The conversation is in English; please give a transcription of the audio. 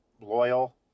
Loyal